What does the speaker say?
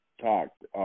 talked –